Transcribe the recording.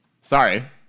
sorry